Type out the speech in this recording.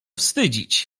wstydzić